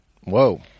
Whoa